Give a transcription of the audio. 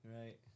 Right